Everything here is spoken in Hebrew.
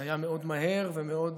זה היה מאוד מהר ומאוד,